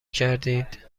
کردید